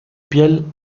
piel